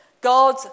God